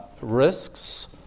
risks